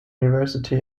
university